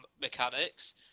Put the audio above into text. mechanics